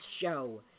show